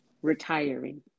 retiring